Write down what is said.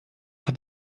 hat